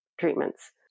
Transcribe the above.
treatments